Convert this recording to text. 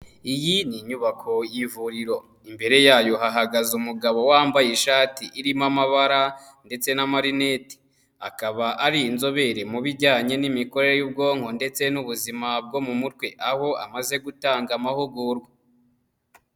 Iyi ni inyubako y'ivuriro, imbere yayo hahagaze umugabo wambaye ishati irimo amabara ndetse n'amarinete, akaba ari inzobere mu bijyanye n'imikorere y'ubwonko ndetse n'ubuzima bwo mu mutwe aho amaze gutanga amahugurwa.